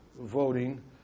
voting